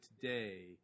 today